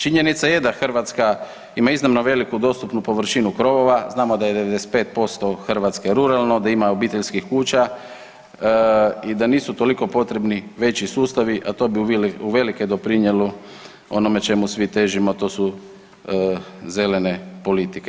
Činjenica je da Hrvatska ima iznimno veliku dostupnu površinu krovova, znamo da je 95% Hrvatske ruralno, da ima obiteljskih kuća i da nisu toliko potrebni veći sustavi, a to bi uvelike doprinijelo ono čemu svi težimo, a to su zelene politike.